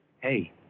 Hey